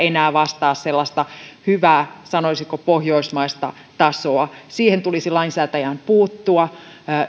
ne enää vastaa sellaista hyvää sanoisiko pohjoismaista tasoa tulisi lainsäätäjän puuttua